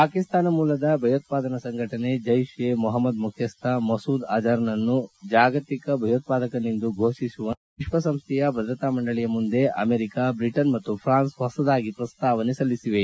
ಪಾಕಿಸ್ತಾನ ಮೂಲದ ಭಯೋತ್ಪಾದನಾ ಸಂಘಟನೆ ಜೈಷ್ ಎ ಮೊಹಮ್ನದ್ ಮುಖ್ಯಸ್ತ ಮಸೂದ್ ಅಜರ್ನನ್ನು ಜಾಗತಿಕ ಭಯೋತ್ವಾದಕನೆಂದು ಘೋಷಿಸುವಂತೆ ವಿಶ್ವಸಂಸ್ವೆಯ ಭದ್ರತಾ ಮಂಡಳಿಯ ಮುಂದೆ ಅಮೆರಿಕ ಬ್ರಿಟನ್ ಮತ್ತು ಪ್ರಾನ್ಸ್ ಹೊಸದಾಗಿ ಪ್ರಸ್ತಾವನೆ ಸಲ್ಲಿಸಿವೆ